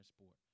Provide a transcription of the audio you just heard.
sport